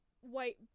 white